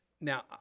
Now